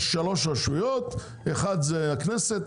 יש שלוש רשויות - אחת זה הכנסת,